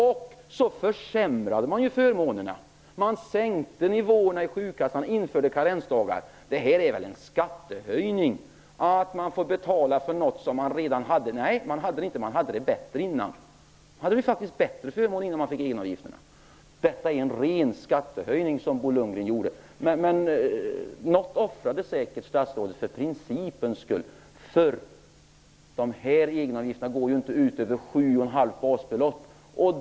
Då försämrade man ju förmånerna. Nivåerna i sjukkassan sänktes, och karensdagar infördes. Detta är en skattehöjning! Man får betala för något som man redan hade. Nej, förresten, inte för någonting man hade, man hade det bättre innan. Vi hade faktiskt bättre förmåner innan egenavgifterna infördes. Det är en ren skattehöjning som Bo Lundgren genomförde. Något offrade säkert statsrådet för pincipens skull. Dessa egenavgifter utgår ju inte för inkomster över 7,5 basbelopp.